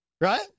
Right